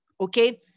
okay